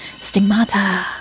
Stigmata